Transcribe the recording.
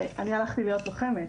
הרי אני הלכתי להיות לוחמת.